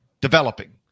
developing